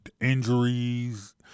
injuries